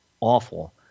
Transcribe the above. awful